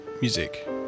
music